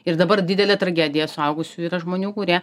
ir dabar didelė tragedija suaugusių yra žmonių kurie